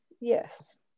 Yes